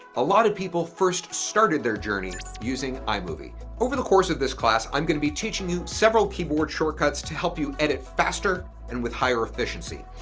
a lot of people first started their journey using imovie. over the course of this class, i'm going to be teaching you several keyboard shortcuts to help you edit faster and with higher efficiency.